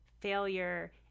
failure